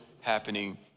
happening